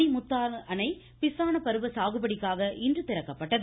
மணிமுத்தாறு அணை பிசான பருவ சாகுபடிக்காக இன்று திறக்கப்பட்டது